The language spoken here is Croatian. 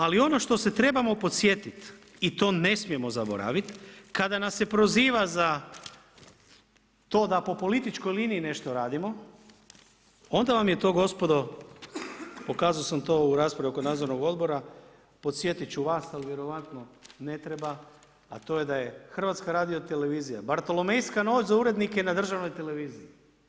Ali ono što se trebamo podsjetit i to ne smijemo zaboravit kada nas se proziva za to da po političkoj liniji nešto radimo onda vam je to gospodo pokazao sam to u raspravi oko Nadzornog odbora podsjetit ću vas ali vjerojatno ne treba, a to je da je Hrvatska radiotelevizija bartolomejska noć za urednike na državnoj televiziji.